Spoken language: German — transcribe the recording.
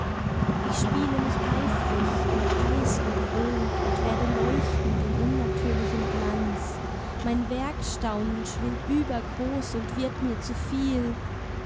ich spiele mich eifrig und heiß und rot und werde leuchtend in unnatürlichem glanz mein werkstaunen schwillt übergroß und wird mir zuviel